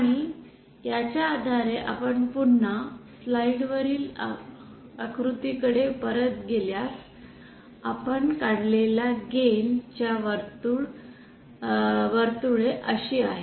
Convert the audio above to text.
आणि याच्या आधारे आपण पुन्हा स्लाईड वरील आकृत्याकडे परत गेल्यास आपण काढलेल्या गेन च्या वर्तुळे अशी आहेत